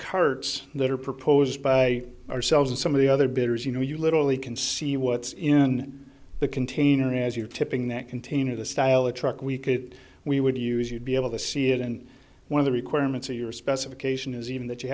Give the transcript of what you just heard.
carts that are proposed by ourselves and some of the other bidders you know you literally can see what's in the container as you're tipping that container the style a truck we could we would use you'd be able to see it and one of the requirements of your specification is even that you